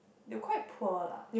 they were quite poor lah